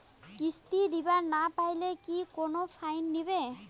কিস্তি দিবার না পাইলে কি কোনো ফাইন নিবে?